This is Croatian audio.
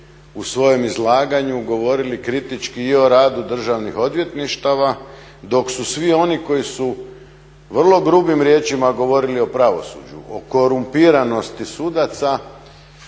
u svojem izlaganju govorili kritički i o radu državnih odvjetništava dok su svi oni koji su vrlo grubim riječima govorili o pravosuđu, o korumpiranosti sudaca